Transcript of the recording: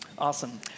Awesome